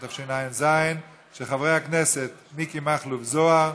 התשע"ז, של חברי הכנסת מיקי מכלוף זוהר,